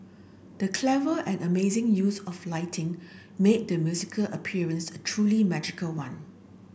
the clever and amazing use of lighting made the musical appearance a truly magical one